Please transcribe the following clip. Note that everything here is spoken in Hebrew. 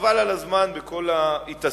חבל על הזמן של כל ההתעסקות.